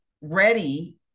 ready